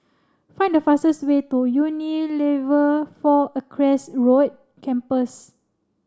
find the fastest way to Unilever Four Acres Campus